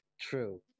True